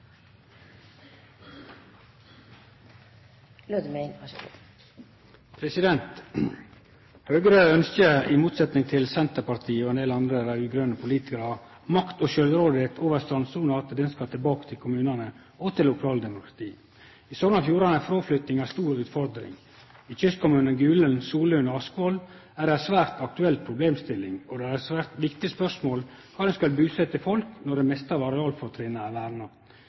del andre raud-grøne politikarar, at makt og sjølvråderett over strandsona skal tilbake til kommunane og til lokaldemokratiet. I Sogn og Fjordane er fråflytting ei stor utfordring. I kystkommunane Gulen, Solund og Askvoll er det ei svært aktuell problemstilling, og det er eit svært viktig spørsmål kvar ein skal busetje folk når det meste av areala er verna.